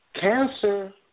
Cancer